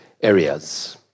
areas